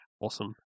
awesome